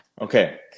Okay